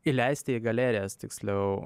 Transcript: įleisti į galerijas tiksliau